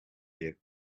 you